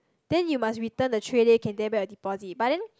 then you must return the tray then you can take back your deposit but then